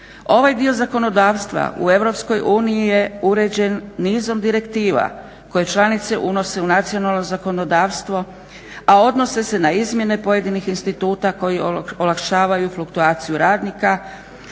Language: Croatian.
Ovaj dio zakonodavstva u EU je uređen nizom direktiva koje članice unose u nacionalno zakonodavstvo, a odnose se na izmjene pojedinih instituta koji olakšavaju fluktuaciju radnika,